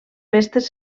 festes